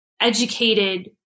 educated